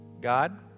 God